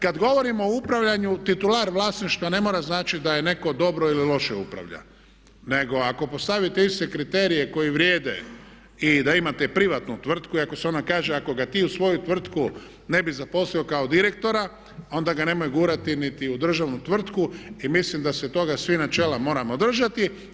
Kad govorimo o upravljanju titular vlasništva ne mora značiti da je netko dobro ili loše upravlja, nego ako postavite iste kriterije koji vrijede i da imate privatnu tvrtku i kako se ono kaže ako ga ti u svoju tvrtku ne bi zaposlio kao direktora onda ga ne moj gurati niti u državnu tvrtku i mislim da se toga načela svi moramo držati.